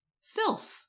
Sylphs